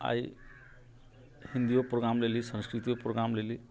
आइ हिन्दिओ प्रोग्राम लेली संस्कृतिओ प्रोग्राम लेली